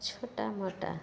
छोटा मोटा